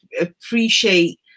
appreciate